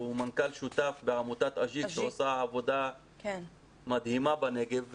הוא מנכ"ל שותף בעמותת אג'יק שעושה עבודה מדהימה בנגב.